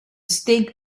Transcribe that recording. steak